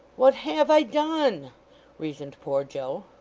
what have i done reasoned poor joe.